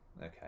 Okay